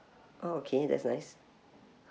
oh okay that's nice